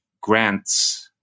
grants